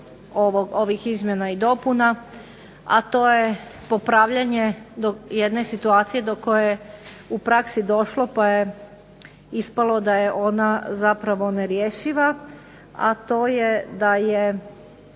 ovih izmjena i dopuna, a to je popravljanje jedne situacije do koje je u praksi došlo pa je ispalo da je ona zapravo nerješiva, a to je da je